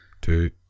two